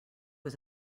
was